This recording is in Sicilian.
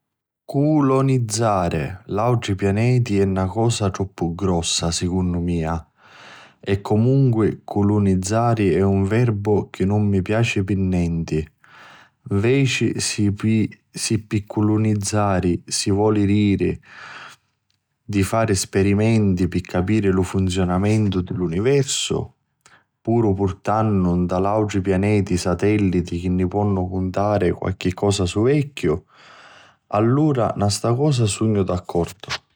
Culonizzari l'autri pianeti è na cosa troppu grossa secunnu mia, e comunqui culonizzari è un verbu chi nun mi piaci pi nenti. nveci si pi culonizzari si voli diri di fari spirimenti pi capiri lu funzionamentu di l'universu, puru purtannu nta autri pianeti satelliti chi ni ponnu cuntari qualchi cosa suverchiu, allura nta stu casu sugnu d'accordu.